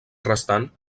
restant